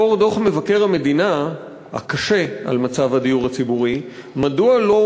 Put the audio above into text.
לאור דוח מבקר המדינה הקשה על מצב הדיור הציבורי: מדוע לא